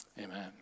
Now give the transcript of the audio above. amen